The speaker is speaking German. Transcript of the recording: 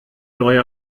neue